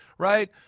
right